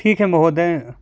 ठीक है महोदय